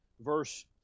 verse